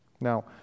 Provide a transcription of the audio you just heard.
Now